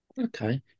Okay